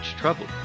trouble